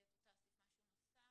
את רוצה להוסיף משהו נוסף?